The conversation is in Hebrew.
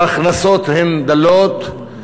ההכנסות הן דלות,